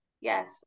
Yes